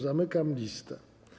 Zamykam listę.